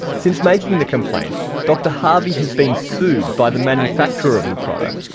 since making the complaint dr harvey has been sued by the manufacturer of the product,